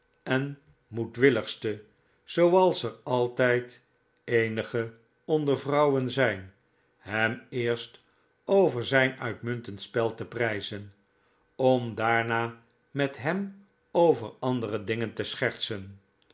vrouwen zijn hem eerst over zijn uitmuntend spel te prijzen om daarna met hem over andore dingen te schertsen